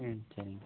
ம் சரிங்க